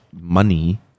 money